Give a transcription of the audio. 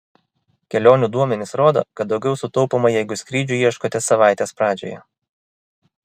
kelionių duomenys rodo kad daugiau sutaupoma jeigu skrydžių ieškote savaitės pradžioje